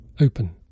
open